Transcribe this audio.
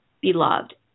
beloved